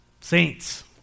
Saints